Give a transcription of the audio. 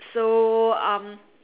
so um